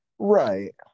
Right